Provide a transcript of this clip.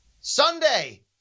Sunday